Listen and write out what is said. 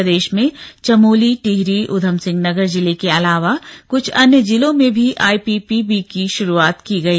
प्रदेश में चमोली टिहरी उघमसिंह नगर जिले के अलावा कुछ अन्य जिलों में भी आईपीपीबी की शुरूआत की गई